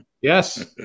Yes